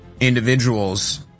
individuals